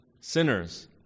sinners